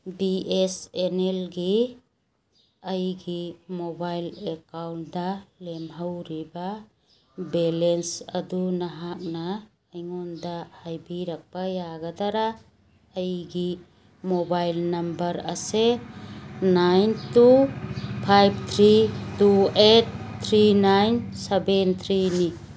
B S N ꯅꯦꯜꯒꯤ ꯑꯩꯒꯤ mobile account ꯂꯦꯝꯍꯧꯔꯤꯕ ꯕꯦꯂꯦꯟꯁ ꯑꯗꯨ ꯅꯍꯥꯛꯅ ꯑꯩꯉꯣꯟꯗ ꯍꯥꯏꯕꯤꯔꯛꯄ ꯌꯥꯒꯗꯔꯥ ꯑꯩꯒꯤ ꯃꯣꯕꯥꯏꯜ ꯅꯝꯕꯔ ꯑꯁꯦ nine two five three two eight three nine seven ꯊ꯭ꯔꯤꯅꯤ